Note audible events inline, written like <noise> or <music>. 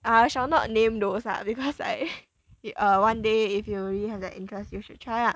uh I shall not name those ah because like <laughs> uh one day if you really have the interest you should try ah